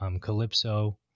Calypso